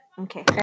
Okay